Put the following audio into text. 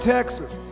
Texas